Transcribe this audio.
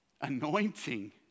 Anointing